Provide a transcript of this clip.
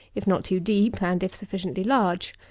if not too deep, and if sufficiently large.